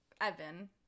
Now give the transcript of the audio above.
Evan